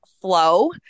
flow